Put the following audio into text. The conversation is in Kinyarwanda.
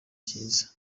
cyiza